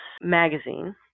magazine